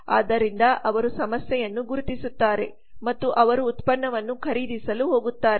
ಆದ್ದರಿಂದ ಅವರು ಸಮಸ್ಯೆಯನ್ನು ಗುರುತಿಸುತ್ತಾರೆ ಮತ್ತು ಅವರು ಉತ್ಪನ್ನವನ್ನು ಖರೀದಿಸಲು ಹೋಗುತ್ತಾರೆ